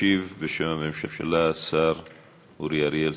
ישיב בשם הממשלה שר החקלאות אורי אריאל,